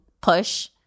push